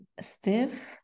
stiff